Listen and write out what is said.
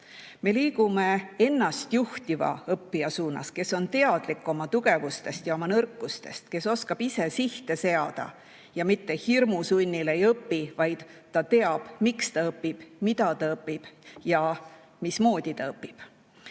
Me liigume ennast juhtiva õppija suunas, kes on teadlik oma tugevustest ja nõrkustest, kes oskab ise sihte seada ja mitte hirmu sunnil ei õpi, vaid ta teab, miks ta õpib, mida ta õpib ja mismoodi ta